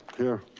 here.